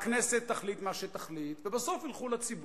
הכנסת תחליט מה שתחליט, ובסוף ילכו לציבור,